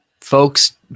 folks